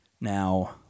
Now